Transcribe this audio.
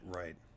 right